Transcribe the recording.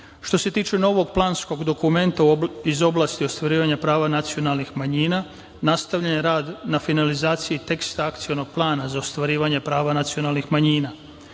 se tiče novog planskog dokumenta iz oblasti ostvarivanja prava nacionalnih manjina, nastavljen je rad na finalizaciji teksta akcionog plana za ostvarivanje prava nacionalnih manjina. Sastanak